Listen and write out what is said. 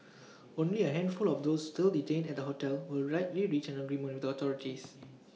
only A handful of those still detained at the hotel will likely reach an agreement the authorities